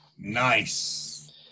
Nice